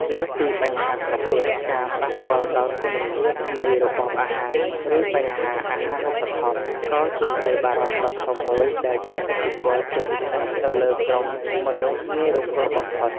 លើសពីបញ្ហាក្រពះ ការប៉ះពាល់ដល់គុណភាពនៃរបបអាហារ ឬបញ្ហាអាហារូបត្ថម្ភ ក៏ជាក្តីបារម្ភដ៏ធំមួយដែលជះឥទ្ធិពលជាពិសេសទៅលើក្រុមមនុស្សងាយរងគ្រោះបំផុត។